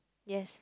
yes